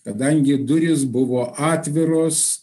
kadangi durys buvo atviros